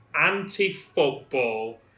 anti-football